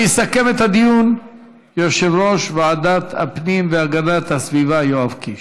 יסכם את הדיון יושב-ראש ועדת הפנים והגנת הסביבה יואב קיש.